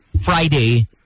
Friday